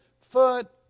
foot